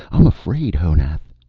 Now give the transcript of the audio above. i'm afraid, honath.